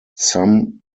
some